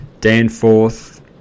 Danforth